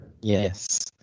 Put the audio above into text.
Yes